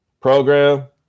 program